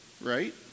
Right